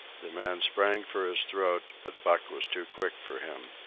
the man sprang for his throat, but buck was too quick for him.